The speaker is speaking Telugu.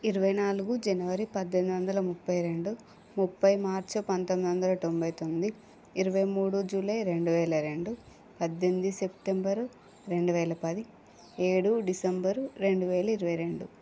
ఇరవై నాలుగు జనవరి పద్దెనిమిది వందల ముప్పై రెండు ముప్పై మార్చి పంతొమ్మిది వందల తొంభై తొమ్మిది ఇరవై మూడు జులై రెండు వేల రెండు పద్దెనిమిది సెప్టెంబర్ రెండు వేల పది ఏడు డిసెంబర్ రెండు వేల ఇరవై రెండు